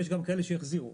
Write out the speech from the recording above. ויש גם כאלה שהחזירו.